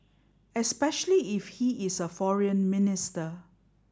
especially if he is a foreign minister